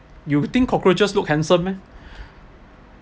you think cockroaches look handsome meh